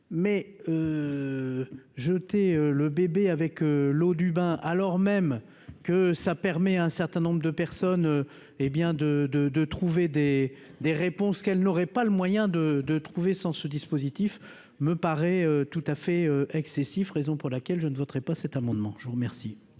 mais jeter le bébé avec l'eau du bain, alors même que ça permet à un certain nombre de personnes hé bien de, de, de trouver des des réponses qu'elle n'aurait pas le moyen de de trouver sans ce dispositif, me paraît tout à fait excessif, raison pour laquelle je ne voterai pas cet amendement, je vous remercie.